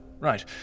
right